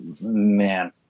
man